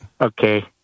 Okay